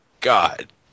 God